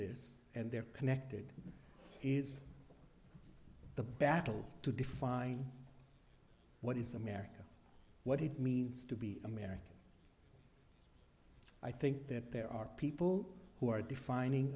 this and they're connected is the battle to define what is america what it means to be american i think that there are people who are defining